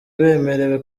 bemerewe